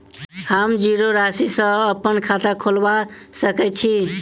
हम जीरो राशि सँ अप्पन खाता खोलबा सकै छी?